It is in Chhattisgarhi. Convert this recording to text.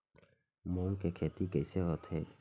मूंग के खेती कइसे होथे?